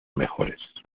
mejores